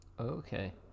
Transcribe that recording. Okay